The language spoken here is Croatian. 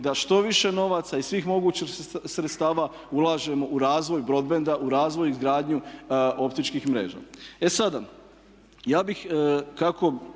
da što više novaca iz svih mogućih sredstava ulažemo u razvoj broadbenda, u razvoj i izgradnju optičkih mreža. E sada, ja bih kako